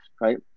right